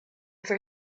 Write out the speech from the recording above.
for